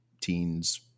teens